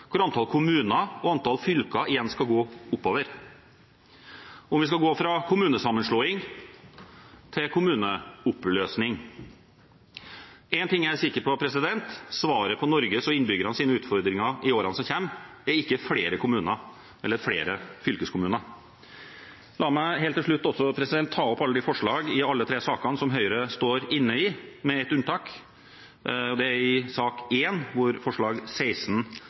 hvor antall kommuner og antall fylker igjen skal gå oppover, om vi skal gå fra kommunesammenslåing til kommuneoppløsning. Én ting er jeg sikker på: Svaret på Norges og innbyggernes utfordringer i årene som kommer, er ikke flere kommuner eller flere fylkeskommuner. La meg helt til slutt si at i sak nr. 1 framsettes ikke forslag